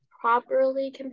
properly